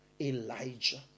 Elijah